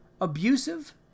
abusive